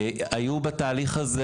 היו בתהליך הזה